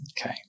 Okay